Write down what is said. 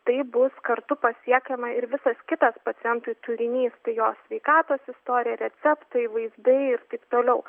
tai bus kartu pasiekiama ir visas kitas pacientui turinys tai jo sveikatos istorija receptai vaizdai ir taip toliau